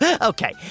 Okay